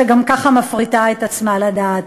שגם ככה מפריטה את עצמה לדעת.